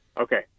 Okay